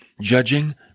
Judging